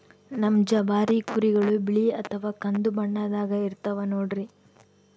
ನಮ್ ಜವಾರಿ ಕುರಿಗಳು ಬಿಳಿ ಅಥವಾ ಕಂದು ಬಣ್ಣದಾಗ ಇರ್ತವ ನೋಡ್ರಿ